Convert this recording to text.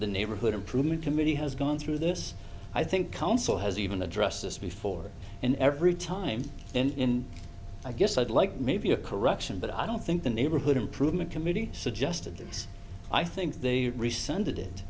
the neighborhood improvement committee has gone through this i think council has even addressed this before and every time and i guess i'd like maybe a correction but i don't think the neighborhood improvement committee suggested this i think they rescinded